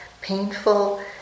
painful